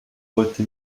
wollte